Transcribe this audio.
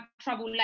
trouble